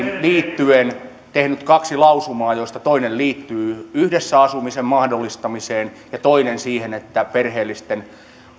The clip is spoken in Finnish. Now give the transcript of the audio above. liittyen tehnyt kaksi lausumaa joista toinen liittyy yhdessä asumisen mahdollistamiseen ja toinen siihen että perheellisten